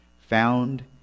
found